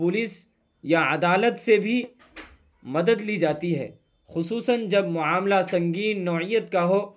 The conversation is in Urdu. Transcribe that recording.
پولیس یا عدالت سے بھی مدد لی جاتی ہے خصوصاً جب معاملہ سنگین نوعیت کا ہو